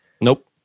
Nope